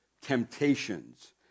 temptations